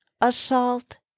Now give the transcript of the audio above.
assault